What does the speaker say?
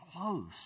close